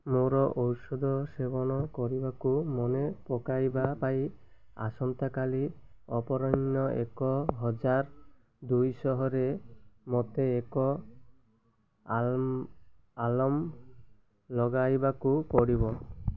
ମୋର ଔଷଧ ସେବନ କରିବାକୁ ମନେ ପକାଇବା ପାଇଁ ଆସନ୍ତାକାଲି ଅପରାହ୍ନ ଏକ ହଜାର ଦୁଇଶହରେ ମୋତେ ଏକ ଆଲାର୍ମ ଲଗାଇବାକୁ ପଡ଼ିବ